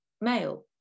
male